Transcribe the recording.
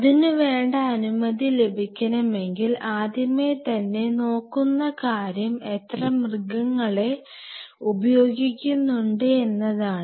അതിനു വേണ്ട അനുമതി ലഭിക്കണമെങ്കിൽ ആദ്യമേ തന്നെ നോക്കുന്ന കാര്യം എത്ര മൃഗങ്ങളെ ഉപയോഗിക്കുന്നുണ്ട് എന്നതാണ്